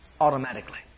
automatically